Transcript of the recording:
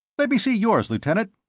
let me see yours, lieutenant.